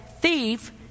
thief